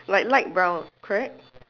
like light brown correct